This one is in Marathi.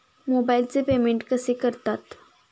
मोबाइलचे पेमेंट कसे करतात?